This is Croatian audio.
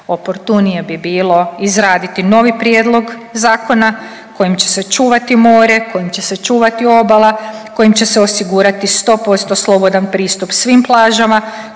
Oportunije bi bilo izraditi novi prijedlog zakona kojim će se čuvati more, kojim će se čuvati obala, kojim će se osigurati 100% slobodan pristup svim plažama,